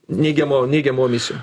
neigiamo neigiamų emisijų